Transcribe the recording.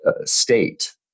state